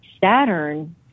Saturn